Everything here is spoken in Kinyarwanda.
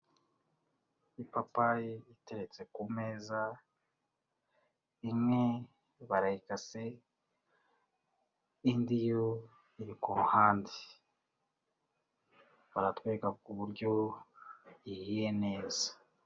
Ipapayi iteretse ku meza, imwe barayikase indi yo iri kuruhande. Baratwereka uburyo ihiye neza.